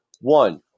One